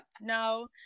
no